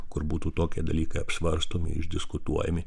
kur būtų tokie dalykai apsvarstomi išdiskutuojami